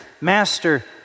Master